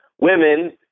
women